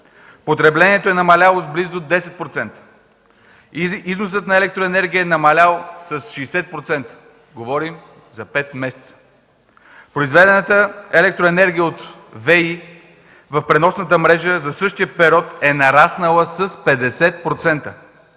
потреблението е намаляло с близо 10% или износът на електроенергия е намалял с 60%, говорим за пет месеца. Произведената електроенергия от ВЕИ в преносната мрежа за същия период е нараснала с 50%,